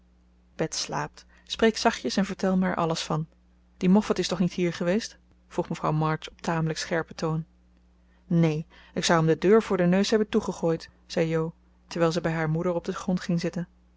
bets slaapt spreek zachtjes en vertel er mij alles van die moffat is toch niet hier geweest vroeg mevrouw march op tamelijk scherpen toon neen ik zou hem de deur voor den neus hebben toegegooid zei jo terwijl zij bij haar moeder op den grond ging zitten